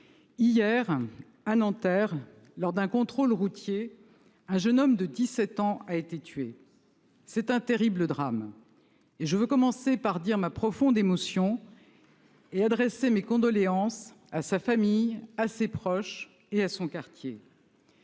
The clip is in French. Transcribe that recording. hier, à Nanterre, lors d'un contrôle routier, un jeune homme de 17 ans a été tué. C'est un terrible drame. Je veux commencer par dire ma profonde émotion et par adresser mes condoléances à sa famille, à ses proches et à ceux de son quartier.